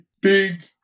big